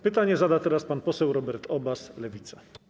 Pytanie zada teraz pan poseł Robert Obaz, Lewica.